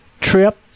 trip